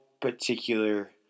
particular